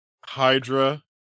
Hydra